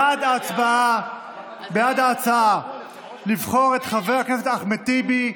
בעד ההצעה לבחור את חבר הכנסת אחמד טיבי,